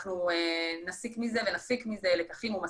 אנחנו נסיק ונפיק מזה לקחים ומסקנות.